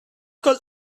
could